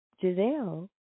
Giselle